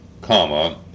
comma